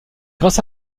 grâce